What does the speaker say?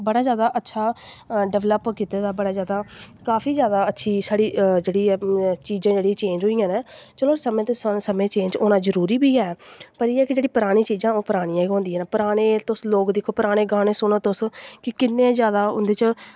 बड़ा जैदा अच्छा डैवलप कीते दा बड़ा जैदा काफी जैदा अच्छी साढ़ी जेह्ड़ी चीज़ां जेह्ड़ियां चेंज़ होइयां न चलो समें चेंज़ होना जरूरी बी ऐ पर एह् ऐ कि जेह्ड़ी परानी चीज़ां ओह् परानियां गै होंदियां न पराने तुस लोग दिक्खो पराने गानें सुनो तुस कि किन्ने जैदा उं'दे च हर इक